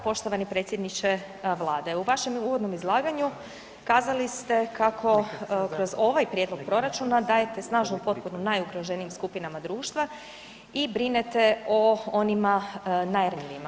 Poštovani predsjedniče vlade, u vašem uvodnom izlaganju kazali ste kako kroz ovaj prijedlog proračuna dajete snažnu potporu najugroženijim skupinama društva i brinete o onima najranjivijima.